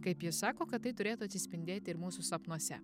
kaip ji sako kad tai turėtų atsispindėti ir mūsų sapnuose